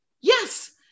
Yes